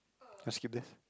you want skip this